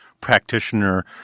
practitioner –